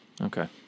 okay